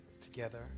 together